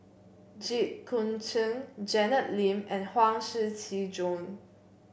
Jit Koon Ch'ng Janet Lim and Huang Shiqi Joan